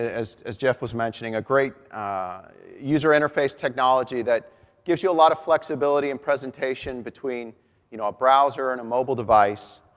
as as jeff was mentioning, a great user interface technology that gives you a lot of flexibility in presentation between, you know, a browser and a mobile device.